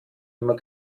immer